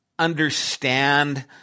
understand